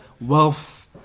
wealth